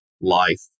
life